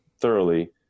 thoroughly